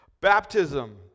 Baptism